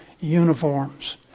uniforms